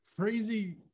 crazy